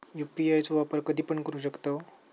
UPI चो वापर कधीपण करू शकतव?